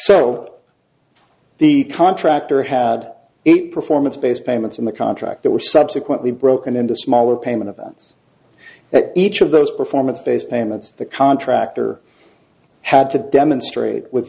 so the contractor had it performance based payments in the contract that were subsequently broken into smaller payment events that each of those performance based payments the contractor had to demonstrate with